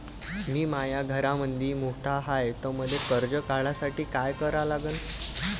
मी माया घरामंदी मोठा हाय त मले कर्ज काढासाठी काय करा लागन?